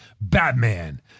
Batman